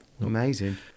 amazing